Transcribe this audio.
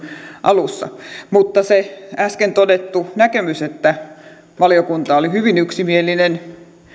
alussa äsken todettiin se näkemys että valiokunta oli hyvin yksimielinen